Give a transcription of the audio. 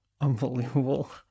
Unbelievable